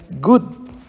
good